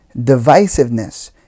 Divisiveness